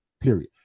period